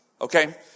Okay